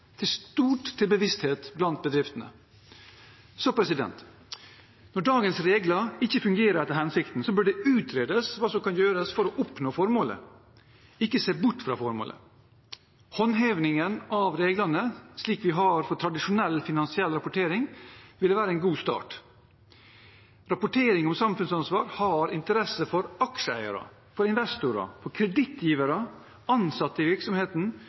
stort til bevissthet blant bedriftene. Når dagens regler ikke fungerer etter hensikten, bør det utredes hva som kan gjøres for å oppnå formålet, ikke se bort fra formålet. Håndhevingen av reglene, slik vi har for tradisjonell, finansiell rapportering, ville være en god start. Rapportering om samfunnsansvar har interesse for aksjeeiere, investorer, kredittgivere, ansatte i virksomheten,